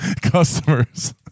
customers